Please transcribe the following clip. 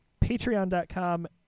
patreon.com